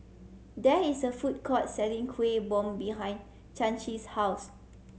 there is a food court selling Kueh Bom behind Chancey's house